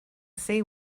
see